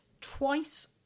twice